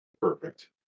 perfect